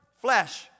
flesh